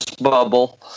bubble